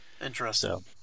Interesting